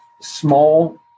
small